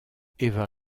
eva